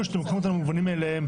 שאתם לוקחים את הדברים כמובנים מאליהם.